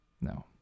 no